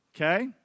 okay